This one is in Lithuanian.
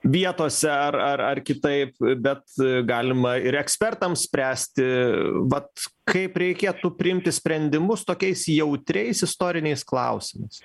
vietose ar ar ar kitaip bet galima ir ekspertams spręsti vat kaip reikėtų priimti sprendimus tokiais jautriais istoriniais klausimais